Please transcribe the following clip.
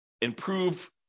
improve